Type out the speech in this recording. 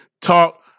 talk